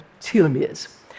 telomeres